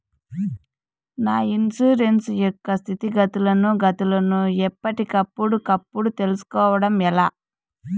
నా ఇన్సూరెన్సు యొక్క స్థితిగతులను గతులను ఎప్పటికప్పుడు కప్పుడు తెలుస్కోవడం ఎలా?